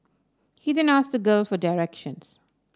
he then ask the girl for directions